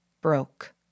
broke